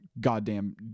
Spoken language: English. Goddamn